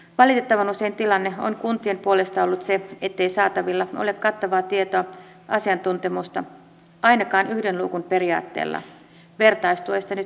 valitettavan usein tilanne on kuntien puolesta ollut se ettei saatavilla ole kattavaa tietoa ja asiantuntemusta ainakaan yhden luukun periaatteella vertaistuesta nyt puhumattakaan